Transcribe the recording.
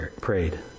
prayed